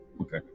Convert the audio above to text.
Okay